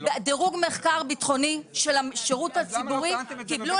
דירוג מחקר ביטחוני של השירות הציבורי קיבלו